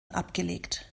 abgelegt